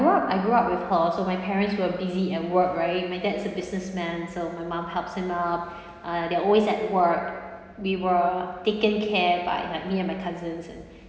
grew up I grew up with her so my parents were busy at work right my dad's a businessman so my mum helps him out uh they're always at work we were taken care by my me and my cousins and